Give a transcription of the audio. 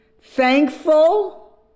thankful